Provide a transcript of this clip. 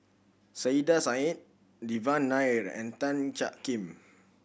Saiedah Said Devan Nair and Tan Jiak Kim